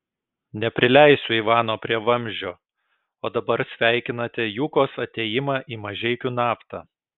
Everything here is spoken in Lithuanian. neprileisiu ivano prie vamzdžio o dabar sveikinate jukos atėjimą į mažeikių naftą